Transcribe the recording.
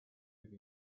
live